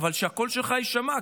אבל שהקול שלך יישמע,